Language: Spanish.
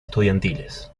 estudiantiles